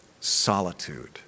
solitude